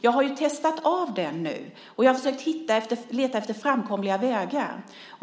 Jag har testat hur det förhåller sig med den, och jag har försökt hitta framkomliga vägar.